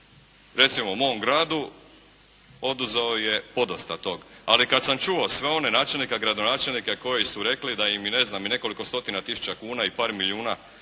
Recimo mom gradu oduzeo je podosta toga, ali kada sam čuo sve one načelnike, gradonačelnike koji su rekli da im je ne znam i nekolik stotina tisuća kuna i par milijuna